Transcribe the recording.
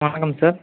வணக்கம் சார்